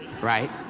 right